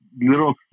little